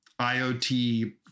IoT